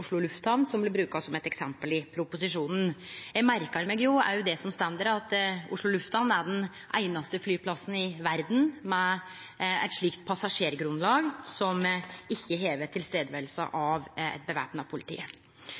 Oslo lufthamn, som blir bruka som eit eksempel i proposisjonen. Eg merkar meg også det som står der: at Oslo lufthamn er den einaste flyplassen i verda med eit slikt passasjergrunnlag som ikkje har væpna politi til